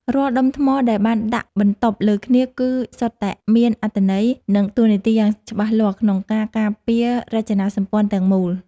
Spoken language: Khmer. រាល់ដុំថ្មដែលបានដាក់បន្តុបលើគ្នាគឺសុទ្ធតែមានអត្ថន័យ និង តួនាទីយ៉ាងច្បាស់លាស់ក្នុងការការពាររចនាសម្ព័ន្ធទាំងមូល។